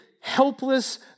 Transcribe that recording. helpless